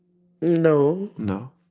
no no